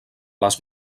les